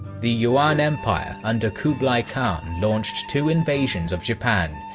the yuan empire under kublai khan launched two invasions of japan,